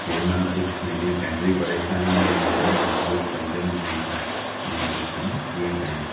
जेॾी महिल कुछ मुंहिंजी फैमिली परेशानीअ में ईंदी आहे त मूंखे कुझु समझ में न ईदो आ त मां उहो कमु कीअं कयां